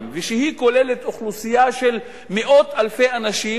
ושהיא כוללת אוכלוסייה של מאות אלפי אנשים,